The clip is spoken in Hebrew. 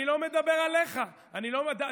אני לא מדבר עליך, אני לא מדבר עליך.